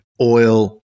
oil